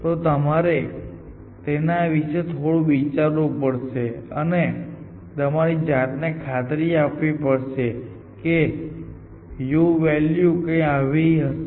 તો તમારે તેના વિશે થોડું વિચારવું પડશે અને તમારી જાતને ખાતરી આપવી પડશે કે u વૅલ્યુ કંઈક આવી હશે